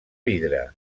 vidre